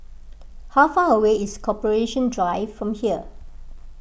how far away is Corporation Drive from here